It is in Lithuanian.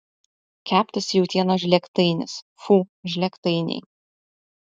keptas jautienos žlėgtainis fu žlėgtainiai